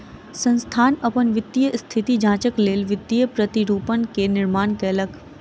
संस्थान अपन वित्तीय स्थिति जांचक लेल वित्तीय प्रतिरूपण के निर्माण कयलक